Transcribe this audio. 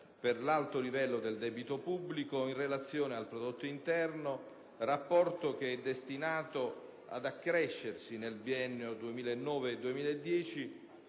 per l'alto livello del debito pubblico in relazione al prodotto interno, rapporto che è destinato ad accrescersi nel biennio 2009-2010